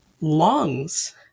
lungs